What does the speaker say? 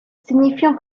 signifiant